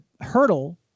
hurdle